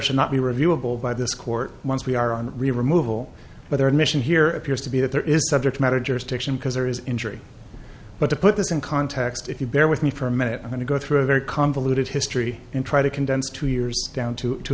should not be reviewable by this court once we are on removal but their mission here appears to be that there is subject matter jurisdiction because there is injury but to put this in context if you bear with me for a minute i'm going to go through a very convoluted history and try to condense two years down to